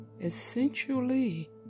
essentially